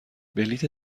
بلیت